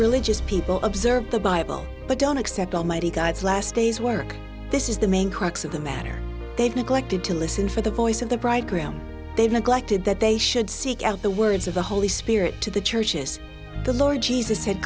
religious people observe the bible but don't accept almighty god's last days work this is the main crux of the matter they've neglected to listen for the voice of the bridegroom they've neglected that they should seek out the words of the holy spirit to the churches the lord jesus said